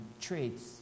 traits